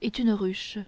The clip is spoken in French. est une ruche